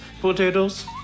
potatoes